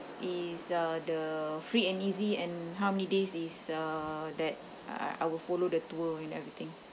is uh the free and easy and how many days is uh that uh I will follow the tour and everything